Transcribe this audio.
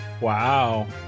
Wow